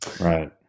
Right